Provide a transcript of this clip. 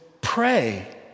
pray